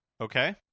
Okay